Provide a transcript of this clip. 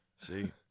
See